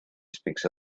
speaks